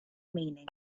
meaning